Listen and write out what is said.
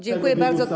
Dziękuję bardzo.